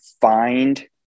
find